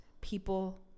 people